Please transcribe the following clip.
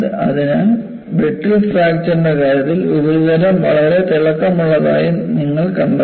അതിനാൽ ബ്രിട്ടിൽ ഫ്രാക്ചർന്റെ കാര്യത്തിൽ ഉപരിതലം വളരെ തിളക്കമുള്ളതായി നിങ്ങൾ കണ്ടെത്തും